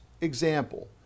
Example